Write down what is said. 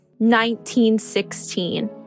1916